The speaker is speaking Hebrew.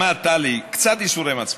גם את, טלי, קצת ייסורי מצפון.